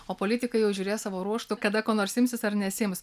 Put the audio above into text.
o politikai jau žiūrės savo ruožtu kada ko nors imsis ar nesiims